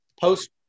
post